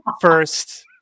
first